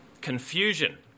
confusion